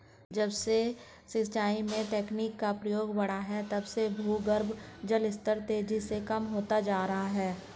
जब से सिंचाई में तकनीकी का प्रयोग बड़ा है तब से भूगर्भ जल स्तर तेजी से कम होता जा रहा है